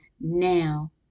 now